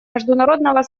международного